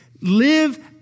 live